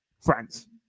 Friends